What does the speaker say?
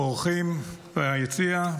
אורחים ביציע,